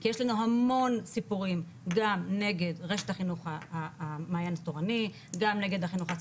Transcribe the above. כי לנו המון סיפורים גם נגד רשת החינוך מעיין התורני גם נגד החינוך,